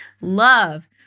love